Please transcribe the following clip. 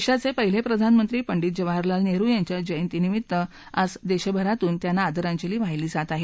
देशाचे पहिले प्रधानमंत्री पंडीत जवाहरलाल नेहरु यांच्या जयंतीनिमित्त आज देशभरातून त्यांना आदरांजली वाहिली जात आहे